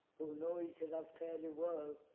who know each other fairly well,